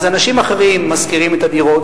אז אנשים אחרים משכירים את הדירות,